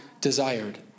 desired